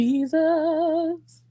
Jesus